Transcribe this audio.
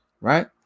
right